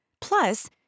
Plus